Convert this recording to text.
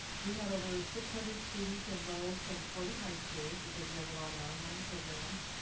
we had over six hundred students enrolled from forty high schools, because we have a lot of online programs.